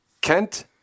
Kent